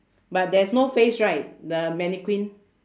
but there's no face right the mannequin